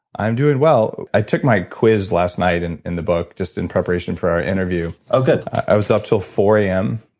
i'm doing well. i took my quiz last night and in the book, just in preparation for our interview oh, good i was up until four a m,